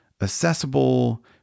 accessible